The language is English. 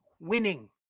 winning